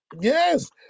Yes